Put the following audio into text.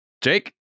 Jake